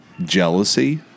Jealousy